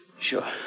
Sure